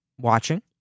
watching